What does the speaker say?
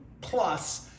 plus